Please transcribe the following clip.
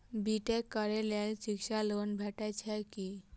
B tech करै लेल शिक्षा लोन भेटय छै की?